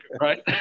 right